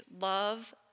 love